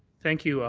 thank you,